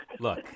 Look